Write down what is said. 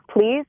please